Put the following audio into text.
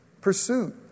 Pursuit